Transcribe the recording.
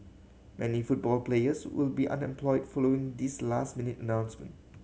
many football players will be unemployed following this last minute announcement